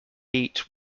eat